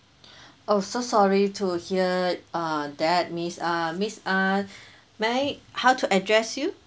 oh so sorry to hear uh that miss uh miss uh may I how to address you